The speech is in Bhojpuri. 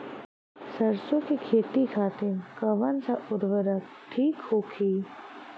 सरसो के खेती खातीन कवन सा उर्वरक थिक होखी?